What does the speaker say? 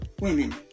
women